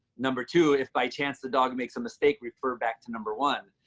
number two, if by chance the dog makes a mistake, refer back to number one.